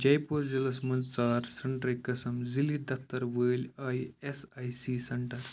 جَے پوٗر ضِلعس مَنٛز ژار سینٹرٕکۍ قٕسم ذیلی دفتر وٲلۍ I S I C centre